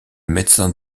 médecin